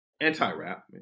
anti-rap